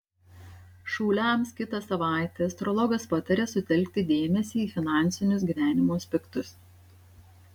šauliams kitą savaitę astrologas pataria sutelkti dėmesį į finansinius gyvenimo aspektus